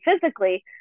physically